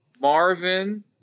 Marvin